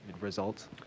results